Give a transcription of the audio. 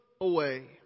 away